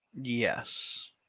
Yes